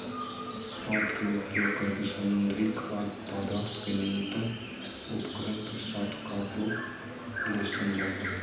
हाथ के उपयोग करके समुद्री खाद्य पदार्थ के न्यूनतम उपकरण के साथ काटे ले संभव हइ